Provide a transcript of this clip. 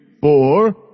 four